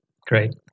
Great